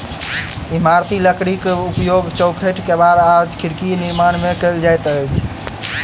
इमारती लकड़ीक उपयोग चौखैट, केबाड़ आ खिड़कीक निर्माण मे कयल जाइत अछि